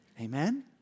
Amen